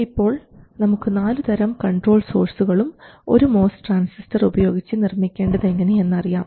ഇപ്പോൾ നമുക്ക് നാലുതരം കൺട്രോൾ സോഴ്സുകളും ഒരു MOS ട്രാൻസിസ്റ്റർ ഉപയോഗിച്ച് നിർമ്മിക്കേണ്ടത് എങ്ങനെ എന്ന് അറിയാം